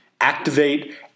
activate